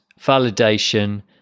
validation